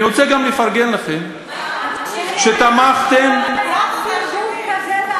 20 שנה אנחנו בשלטון.